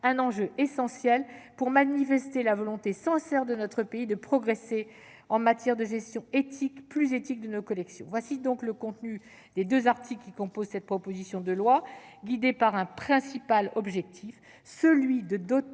un enjeu essentiel pour manifester la volonté sincère de notre pays de progresser en matière de gestion plus éthique de nos collections. Tel est donc le contenu des deux articles qui composent cette proposition de loi, dont l'objectif essentiel est de doter